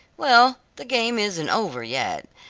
well the game isn't over yet,